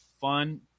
fun –